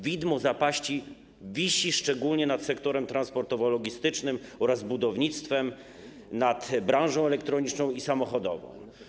Widmo zapaści wisi szczególnie nad sektorem transportowo-logistycznym oraz budownictwem, nad branżą elektroniczną i samochodową.